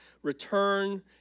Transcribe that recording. Return